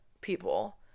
people